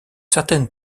certaines